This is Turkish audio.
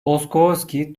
boskovski